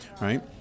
right